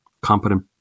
competent